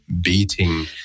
beating